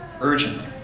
urgently